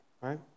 right